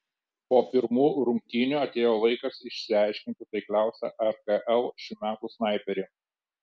po pirmų rungtynių atėjo laikas išsiaiškinti taikliausią rkl šių metų snaiperį